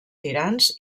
tirants